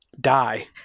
die